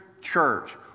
church